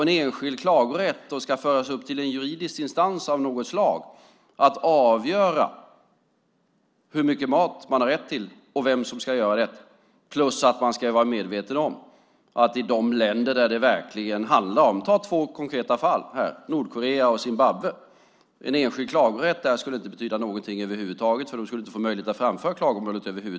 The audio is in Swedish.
En enskild klagorätt ska då föras upp till en juridisk instans av något slag som ska avgöra hur mycket mat man har rätt till och vem som ska ordna det. Vi kan ta Nordkorea och Zimbabwe som exempel på länder som det handlar om. En enskild klagorätt där skulle inte betyda någonting över huvud taget eftersom människorna inte skulle få möjlighet att framföra något klagomål.